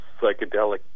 psychedelic